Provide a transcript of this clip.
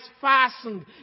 fastened